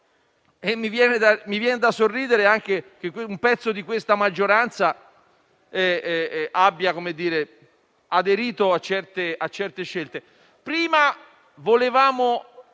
mi viene da sorridere che una parte della maggioranza abbia aderito a certe scelte.